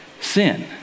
Sin